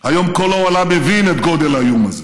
היום כל העולם מבין את גודל האיום הזה,